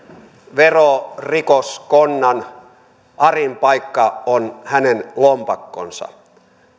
verorikoskonnan arin paikka on hänen lompakkonsa